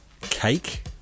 cake